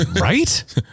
Right